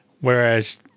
Whereas